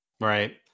right